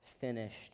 finished